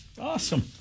Awesome